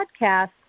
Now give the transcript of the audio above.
podcast